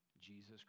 Jesus